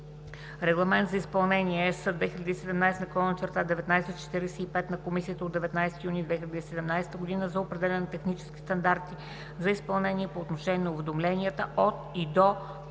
Регламент за изпълнение на ЕС 2017/1945 на Комисията от 19 юни 2017 г. за определяне на технически стандарти за изпълнение по отношение на уведомленията от и до